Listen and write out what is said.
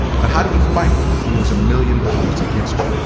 but how do you fight when there's a million dollars against you?